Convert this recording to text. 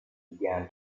began